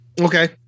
Okay